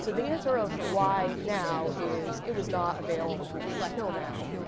so the answer of why now is, it was not available until now.